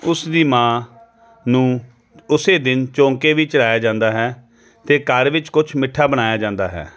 ਉਸ ਦੀ ਮਾਂ ਨੂੰ ਉਸੇ ਦਿਨ ਚੌਂਕੇ ਵੀ ਚੜ੍ਹਾਇਆ ਜਾਂਦਾ ਹੈ ਅਤੇ ਘਰ ਵਿੱਚ ਕੁਛ ਮਿੱਠਾ ਬਣਾਇਆ ਜਾਂਦਾ ਹੈ